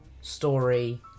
story